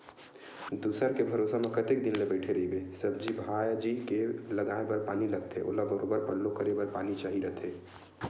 दूसर के भरोसा म कतेक दिन ले बइठे रहिबे, सब्जी भाजी के लगाये बर पानी लगथे ओला बरोबर पल्लो करे बर पानी चाही रहिथे